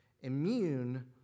immune